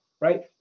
right